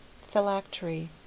Phylactery